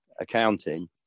accounting